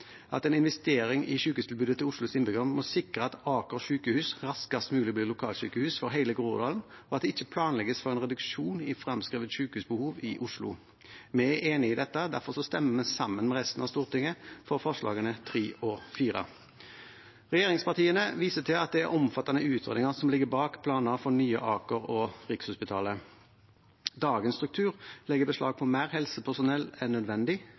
at en investering i sykehustilbudet til Oslos innbyggere må sikre at Aker sykehus raskest mulig blir lokalsykehus for hele Groruddalen, og at det ikke planlegges for en reduksjon i fremskrevet sykehusbehov i Oslo. Vi er enige i dette, derfor stemmer vi sammen med resten av Stortinget for forslagene nr. 3 og 4. Regjeringspartiene viser til at det er omfattende utredninger som ligger bak planer for Nye Aker og Nye Rikshospitalet. Dagens struktur legger beslag på mer helsepersonell enn nødvendig.